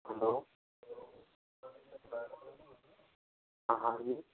hello हाँ जी